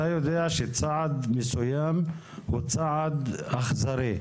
אתה יודע שצעד מסוים הוא צעד אכזרי,